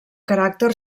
caràcter